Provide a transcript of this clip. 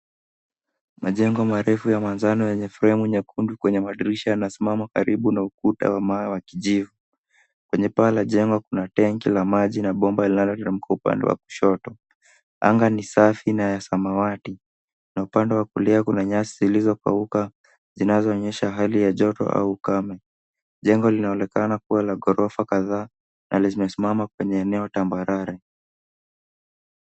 Majengo marefu ya manjano yenye fremu nyekundu kwenye madirisha yanasimama karibu na ukuta wa mawe wa kijivu. Kwenye paa la jema kuna tenki la maji na bomba linalolala upande wa kushoto. Anga ni safi na ya samawati, na upande wa kulia kuna nyasi zilizokauka, zinazoonyesha hali ya joto au ukame. Jengo linaonekana kuwa la ghorofa kadhaa, na zimesimama kwenye eneo tambarare.